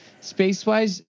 Space-wise